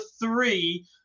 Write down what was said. three